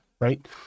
Right